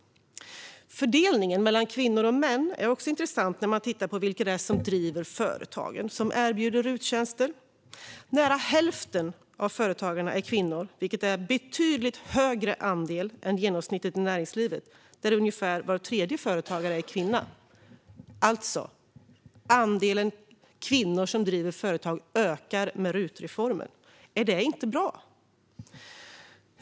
Fördelningen mellan kvinnor och män är också intressant när man tittar på vilka det är som driver företagen som erbjuder RUT-tjänster. Nära hälften av företagarna är kvinnor, vilket är en betydligt högre andel än genomsnittet i näringslivet där ungefär var tredje företagare är kvinna. Andelen kvinnor som driver företag ökar alltså med RUT-reformen. Är det inte bra?